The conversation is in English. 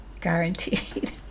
guaranteed